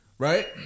Right